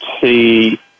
see